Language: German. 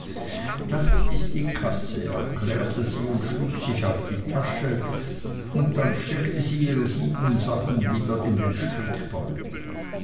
das ist die kasse erklärte sie und schlug sich auf die tasche und dann steckte sie ihre sieben sachen wieder in den